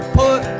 put